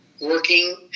working